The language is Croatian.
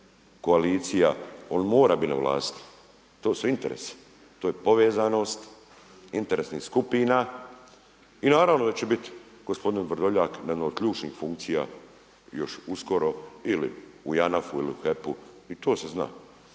koalicija, on mora biti na vlasti, to su interesi, to je povezanost interesnih skupina i naravno da će biti gospodin Vrdoljak na jednoj od ključnih funkcija još uskoro ili u JANAF-u ili HEP-u, i to se zna.